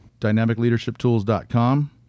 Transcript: Dynamicleadershiptools.com